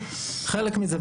חלק מזה,